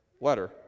letter